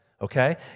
okay